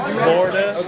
Florida